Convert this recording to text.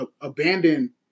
abandon